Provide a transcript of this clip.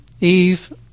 Eve